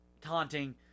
taunting